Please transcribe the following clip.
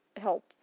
help